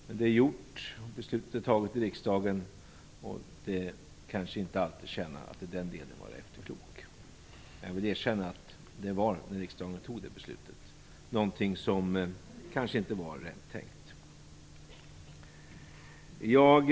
Men detta är gjort och beslut är taget i riksdagen. Det tjänar kanske inte alltid att i den delen vara efterklok. Jag vill erkänna att när riksdagen tog det beslutet var det något som kanske inte var rätt tänkt.